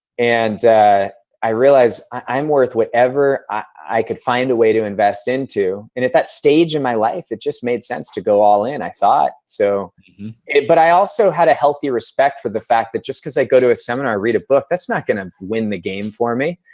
and i realize, i'm worth whatever i could find a way to invest into. and at that stage of my life, it just made sense to go all in, i thought. so but but i also had a healthy respect for the fact that just because i go to a seminar, i read a book, that's not going to win the game for me.